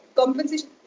compensation